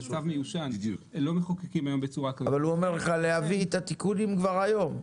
זה צו מיושן ולא מחוקקים היום בצורה כזאת.